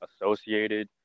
associated